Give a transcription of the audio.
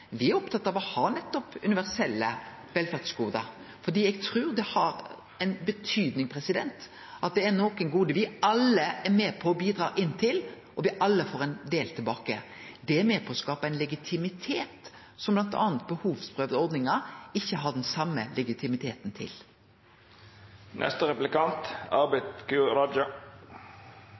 Me er opptatt av å ha universelle velferdsgode, for eg trur det har ei betydning at det er nokre gode me alle er med på å bidra til, og der me alle får ein del tilbake. Det er med på å skape ein legitimitet. Behovsprøvde ordningar har ikkje den same legitimiteten.